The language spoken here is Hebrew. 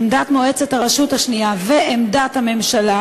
עמדת מועצת הרשות השנייה ועמדת הממשלה,